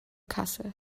kassel